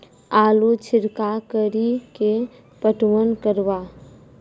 आलू छिरका कड़ी के पटवन करवा?